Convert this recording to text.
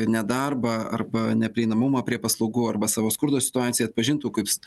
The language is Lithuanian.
nedarbą arba neprieinamumą prie paslaugų arba savo skurdo situaciją atpažintų kaip s